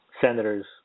Senators